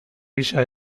gisa